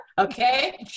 Okay